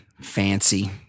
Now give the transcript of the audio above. fancy